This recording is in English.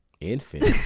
Infant